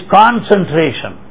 concentration